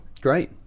Great